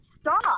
stop